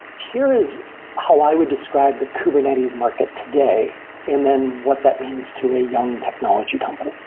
here is how i would describe the kubernetes market today and then what that means to a young technology company.